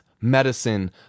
medicine